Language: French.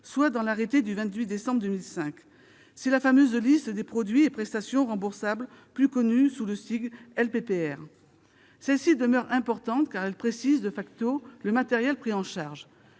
soit dans l'arrêté du 28 décembre 2005. C'est la fameuse liste des produits et prestations remboursables, plus connue sous le sigle « LPPR ». Celle-ci demeure importante, car elle précise,, le matériel pris en charge.